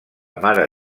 mare